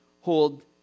hold